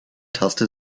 taste